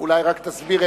אולי רק תסביר,